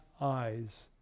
eyes